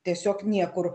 tiesiog niekur